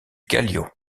kallio